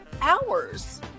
hours